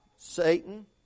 Satan